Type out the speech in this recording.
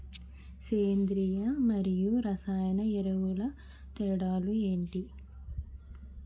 సేంద్రీయ మరియు రసాయన ఎరువుల తేడా లు ఏంటి?